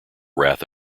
wrath